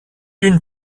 une